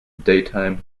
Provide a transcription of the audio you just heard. daytime